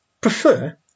prefer